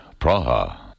Praha